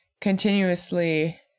continuously